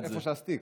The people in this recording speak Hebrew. איפה שהסטיק.